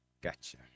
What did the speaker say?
gotcha